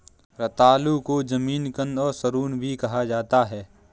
रतालू को जमीकंद और सूरन भी कहा जाता है